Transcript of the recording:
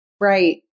right